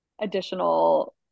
additional